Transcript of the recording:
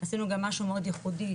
עשינו גם משהו מאוד ייחודי,